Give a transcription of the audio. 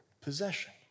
possession